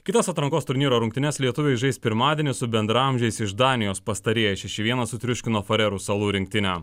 kitas atrankos turnyro rungtynes lietuviai žais pirmadienį su bendraamžiais iš danijos pastarieji šeši vienas sutriuškino farerų salų rinktinę